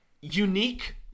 unique